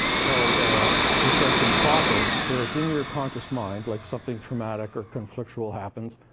called repression proper, where it's in your conscious mind, like something traumatic or conflictual happens.